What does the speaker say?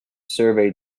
survey